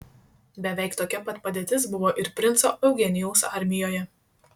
beveik tokia pat padėtis buvo ir princo eugenijaus armijoje